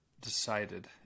decided